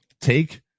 take